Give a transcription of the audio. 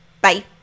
Bye